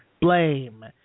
blame